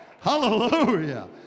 hallelujah